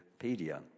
Wikipedia